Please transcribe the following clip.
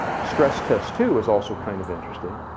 stress test two is also kind of interesting,